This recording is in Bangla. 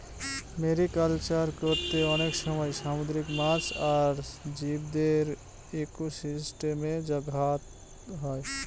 মেরিকালচার করতে অনেক সময় সামুদ্রিক মাছ আর জীবদের ইকোসিস্টেমে ঘাত হয়